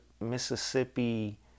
Mississippi